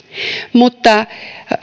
mutta